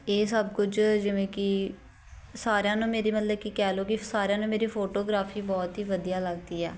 ਇਹ ਸਭ ਕੁਝ ਜਿਵੇਂ ਕਿ ਸਾਰਿਆਂ ਨੂੰ ਮੇਰੀ ਮਤਲਬ ਕਿ ਕਹਿ ਲਉ ਕਿ ਸਾਰਿਆਂ ਨੂੰ ਮੇਰੀ ਫੋਟੋਗ੍ਰਾਫੀ ਬਹੁਤ ਹੀ ਵਧੀਆ ਲੱਗਦੀ ਆ